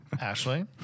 Ashley